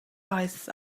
eyes